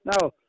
Now